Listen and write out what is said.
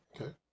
Okay